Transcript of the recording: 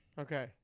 Okay